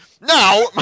Now